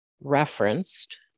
referenced